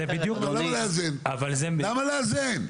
למה לאזן?